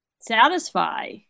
satisfy